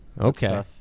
Okay